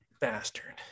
Bastard